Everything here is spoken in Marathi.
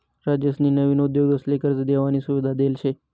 राज्यसनी नवीन उद्योगसले कर्ज देवानी सुविधा देल शे